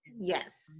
Yes